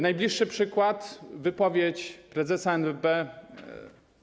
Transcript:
Najbliższy przykład: wypowiedź prezesa NBP.